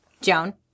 Joan